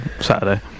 Saturday